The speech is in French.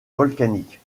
volcaniques